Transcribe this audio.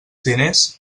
diners